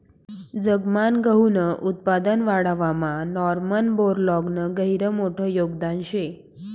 जगमान गहूनं उत्पादन वाढावामा नॉर्मन बोरलॉगनं गहिरं मोठं योगदान शे